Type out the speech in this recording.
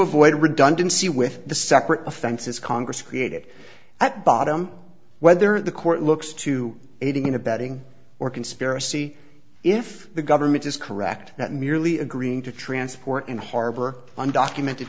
avoid redundancy with the separate offenses congress created at bottom whether the court looks to aiding and abetting or conspiracy if the government is correct that merely agreeing to transport and harbor undocumented